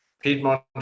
Piedmont